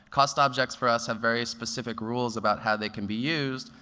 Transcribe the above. cost objects, for us, have very specific rules about how they can be used.